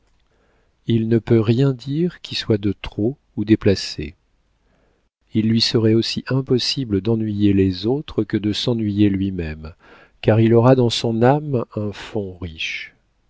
il ne peut rien dire qui soit de trop ou déplacé il lui serait aussi impossible d'ennuyer les autres que de s'ennuyer lui-même car il aura dans son âme un fonds riche